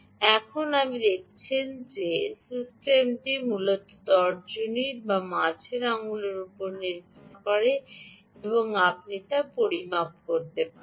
এখন আপনি দেখতে পাচ্ছেন যে সিস্টেমটি মূলত তর্জনী বা মাঝের আঙুলের উপর নির্ভর করে এবং আপনি একটি পরিমাপ করতে পারেন